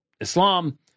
Islam